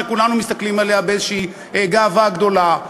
שכולנו מסתכלים עליה באיזושהי גאווה גדולה,